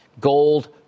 gold